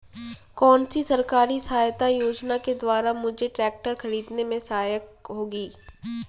कौनसी सरकारी सहायता योजना के द्वारा मुझे ट्रैक्टर खरीदने में सहायक होगी?